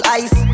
ice